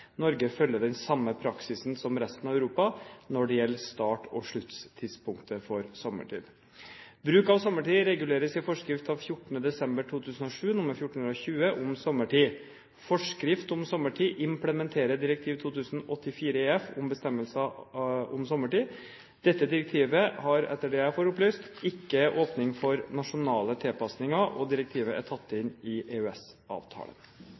Norge følger den samme praksisen som resten av Europa når det gjelder start- og sluttidspunktet for sommertid. Bruk av sommertid reguleres i forskrift av 14. desember 2007 nr. 1420 om sommertid. Forskrift om sommertid implementerer direktiv 2000/84/EF om bestemmelser om sommertid. Dette direktivet har, etter det jeg får opplyst, ikke åpning for nasjonale tilpasninger, og direktivet er tatt